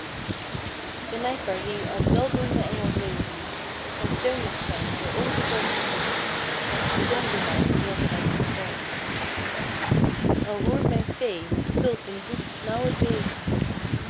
prijken benijdbaar wie als weldoende engel zweven en steun ag zijn voor onverzorgde bloemen die donderbuien neerslaan op de velden al roert mijn fee met fulpen voet nauw t leven